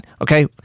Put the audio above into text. okay